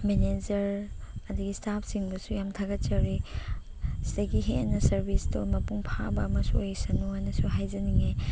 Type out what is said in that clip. manager ꯑꯗꯒꯤ ꯏꯁꯇꯥꯞꯁꯤꯡꯕꯨꯁꯨ ꯌꯥꯝ ꯊꯥꯒꯠꯆꯔꯤ ꯁꯤꯗꯒꯤ ꯁꯥꯔꯕꯤꯁꯇꯣ ꯃꯄꯨꯡ ꯐꯥꯕ ꯑꯃꯁꯨ ꯑꯣꯏꯁꯅꯨ ꯍꯥꯏꯅꯁꯨ ꯍꯥꯏꯖꯅꯤꯡꯉꯦ